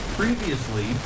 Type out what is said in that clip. previously